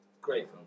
Great